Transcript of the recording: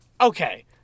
okay